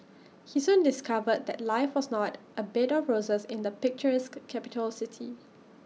he soon discovered that life was not A bed of roses in the picturesque capital city